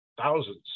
thousands